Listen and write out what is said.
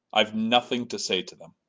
i've nothing to say to them.